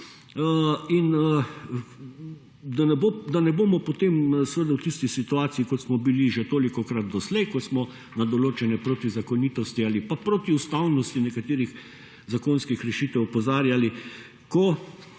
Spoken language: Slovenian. in da ne bomo potem v tisti situaciji kot smo bili že tolikokrat doslej, ko smo na določene protizakonitosti ali pa protiustavnosti nekaterih zakonskih rešitev opozarjali, ko